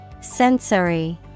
Sensory